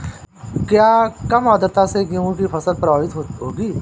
क्या कम आर्द्रता से गेहूँ की फसल प्रभावित होगी?